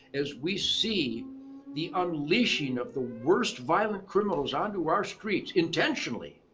as we see the unleashing of the worst violent criminals onto our streets, intentionally,